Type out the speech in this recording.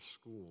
school